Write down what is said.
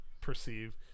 perceive